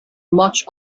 much